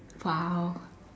!wow!